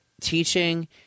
teaching